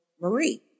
Marie